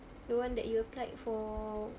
the one that you applied for